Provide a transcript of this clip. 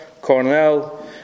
Cornell